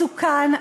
מסוכן,